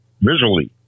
Visually